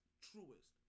truest